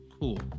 cool